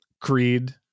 Creed